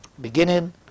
Beginning